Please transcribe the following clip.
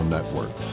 Network